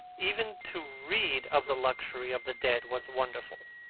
even to read of the luxury of the dead was wonderful.